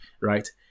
right